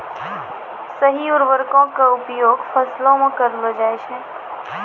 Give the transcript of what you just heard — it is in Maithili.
सही उर्वरको क उपयोग फसलो म करलो जाय छै